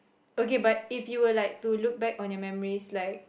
okay but if you were like to look back on your memories like